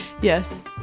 Yes